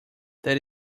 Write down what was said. that